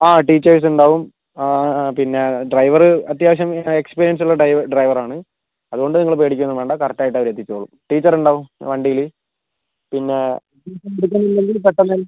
അതെ ടീച്ചേർസ് ഉണ്ടാവും പിന്നെ ഡ്രൈവറ് അത്യാവശ്യം എക്സ്പീരിയൻസ് ഉള്ള ഡ്രൈവർ ഡ്രൈവറാണ് അതുകൊണ്ട് നിങ്ങൾ പേടിക്കുവൊന്നും വേണ്ട കറക്റ്റായിട്ട് അവർ എത്തിച്ചോളും ടീച്ചർ ഉണ്ടാവും വണ്ടിയിൽ പിന്നെ പെട്ടെന്ന്